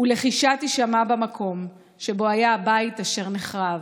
/ ולחישה תישמע במקום / שבו היה הבית / אשר נחרב."